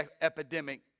epidemic